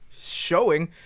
showing